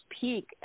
peak